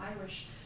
Irish